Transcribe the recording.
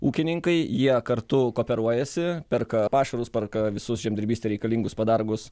ūkininkai jie kartu kooperuojasi perka pašarus perka visus žemdirbystei reikalingus padargus